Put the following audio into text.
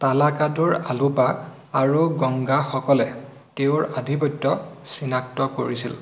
তালাকাডুৰ আলুপা আৰু গংগাসকলে তেওঁৰ আধিপত্য চিনাক্ত কৰিছিল